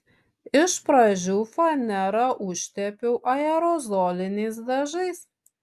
iš pradžių fanerą užtepiau aerozoliniais dažais